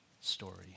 story